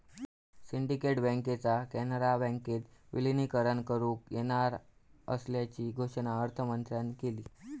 syndicate बँकेचा कॅनरा बँकेत विलीनीकरण करुक येणार असल्याची घोषणा अर्थमंत्र्यांन केली